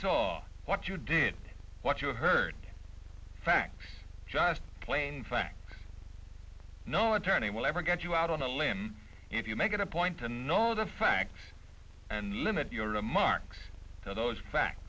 saw what you did what you heard facts just plain facts no attorney will ever get you out on a limb if you make it a point to know the facts and limit your remarks to those fact